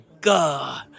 god